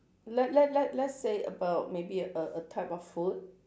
let let let let's say about maybe a a type of food